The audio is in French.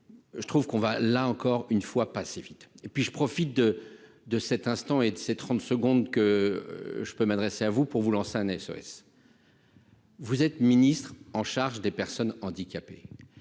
je trouve qu'on va là encore une fois assez vite et puis je profite de de cet instant et de ses 30 secondes que je peux m'adresser à vous pour vous lance un SOS. Vous êtes ministre en charge des personnes handicapées,